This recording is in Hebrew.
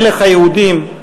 "מלך היהודים",